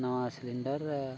ᱱᱟᱣᱟ ᱥᱤᱞᱤᱱᱰᱟᱨ